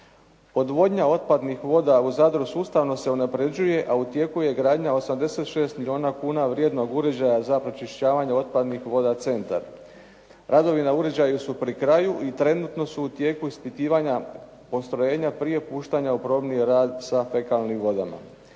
Odvodnja otpadnih voda u Zadru sustavno se unapređuje, a u tijeku je gradnja 86 milijuna kuna vrijednog uređaja za pročišćavanje otpadnih voda "Centar". Radovi na uređaju su pri kraju i trenutno su u tijeku ispitivanja postrojenja prije puštanja u probni rad sa fekalnim vodama.